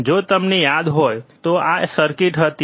જો તમને યાદ હોય તો આ સર્કિટ હતી